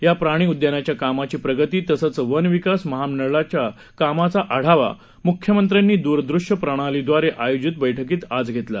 या प्राणी उद्यानाच्या कामाची प्रगती तसंच वन विकास महामंडळाच्या कामाचा आढावा म्ख्यमंत्र्यांनी दूरदृश्य प्रणालीद्वारे आयोजित बैठकीत आज घेतला